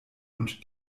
und